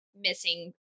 missing